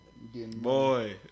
Boy